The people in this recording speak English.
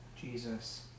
Jesus